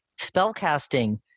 spellcasting